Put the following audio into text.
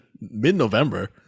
mid-November